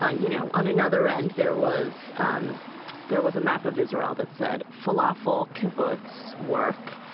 ah you know on another end, there was um there was a map of israel that said falafel, kibitz, work.